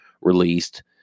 released